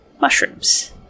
mushrooms